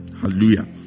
Hallelujah